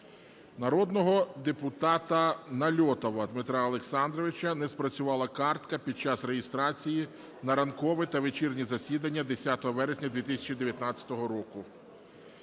Народного депутата Нальотова Дмитра Олександровича. Не спрацювала карта під час реєстрації на ранкове та вечірнє засідання 10 вересня 2019 року.